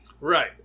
Right